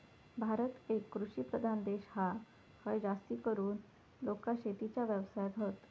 भारत एक कृषि प्रधान देश हा, हय जास्तीकरून लोका शेतीच्या व्यवसायात हत